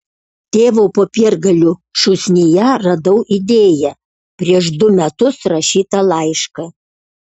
tėvo popiergalių šūsnyje radau idėją prieš du metus rašytą laišką